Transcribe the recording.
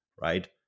right